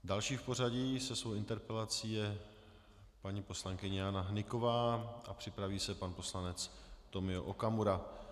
Další v pořadí se svou interpelací je paní poslankyně Jana Hnyková a připraví se pan poslanec Tomio Okamura.